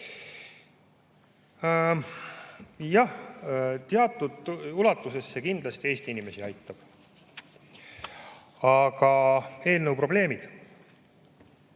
teatud ulatuses see kindlasti Eesti inimesi aitab. Aga eelnõu probleemid.